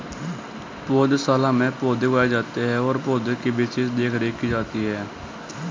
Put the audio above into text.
पौधशाला में पौधे उगाए जाते हैं और पौधे की विशेष देखरेख की जाती है